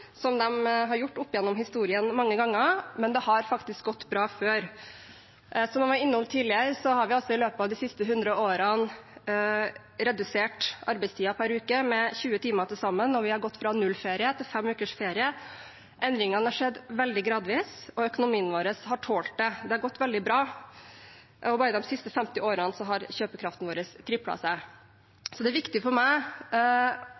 som de har gjort opp gjennom historien mange ganger, men det har faktisk gått bra før. Som jeg var innom tidligere, har vi altså i løpet av de siste hundre årene redusert arbeidstiden per uke med 20 timer til sammen, og vi har gått fra null ferie til fem ukers ferie. Endringene har skjedd veldig gradvis, og økonomien vår har tålt det. Det har gått veldig bra. Bare de siste femti årene har kjøpekraften